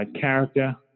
character